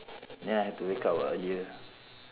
then I have to wake up ah earlier